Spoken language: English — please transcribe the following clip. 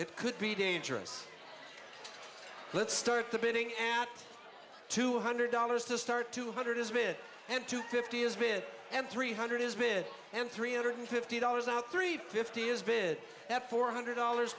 it could be dangerous let's start the bidding at two hundred dollars to start two hundred is bid and two fifty is bid and three hundred is bid and three hundred fifty dollars out three fifty is bid at four hundred dollars